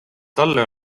talle